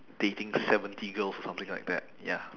dating seventy girls or something like that ya